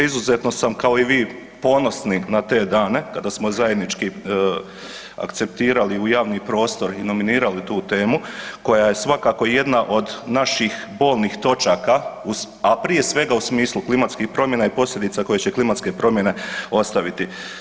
Izuzetno sam, kao i vi ponosni na te dane kada smo zajednički akceptirali u javni prostor i nominirali tu temu koja je svakako jedna od naših bolnih točaka, uz, a prije svega u smislu klimatskih promjena i posljedica koje će klimatske promjene ostaviti.